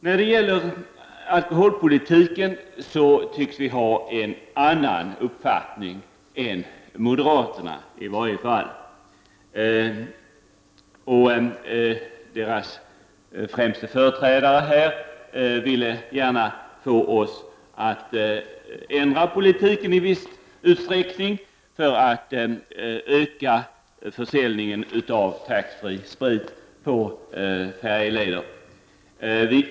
När det gäller alkoholpolitiken tycks vi ha en annan uppfattning än i varje fall moderaterna. Deras främste företrädare här ville gärna få oss att ändra vår politik i viss utsträckning, för att öka försäljningen av taxfree-sprit på färjeleder.